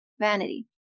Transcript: vanity